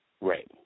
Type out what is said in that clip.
Right